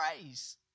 praise